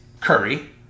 Curry